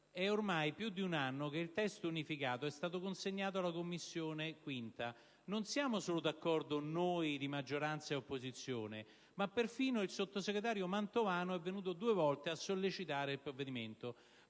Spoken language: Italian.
è ormai più di un anno che il testo unificato è stato consegnato alla 5a Commissione per l'espressione del relativo parere. Non siamo solo d'accordo noi di maggioranza e opposizione, ma perfino il sottosegretario Mantovano è venuto due volte a sollecitare il provvedimento.